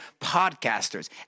podcasters